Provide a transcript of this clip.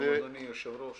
אדוני יושב-ראש